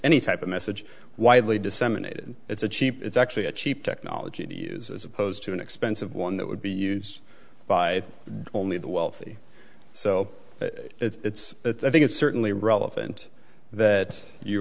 any type of message widely disseminated it's a cheap it's actually a cheap technology to use as opposed to an expensive one that would be used by only the wealthy so that it's that i think it's certainly relevant that you